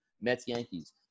Mets-Yankees